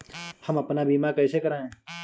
हम अपना बीमा कैसे कराए?